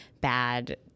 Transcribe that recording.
bad